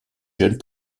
jeunes